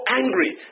angry